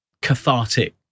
cathartic